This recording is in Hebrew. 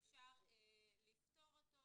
זה דבר שאפשר לפתור אותו,